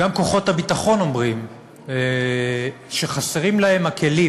וגם כוחות הביטחון אומרים שחסרים להם הכלים